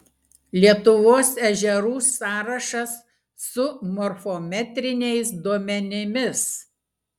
lietuvos ežerų sąrašas su morfometriniais duomenimis